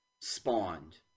spawned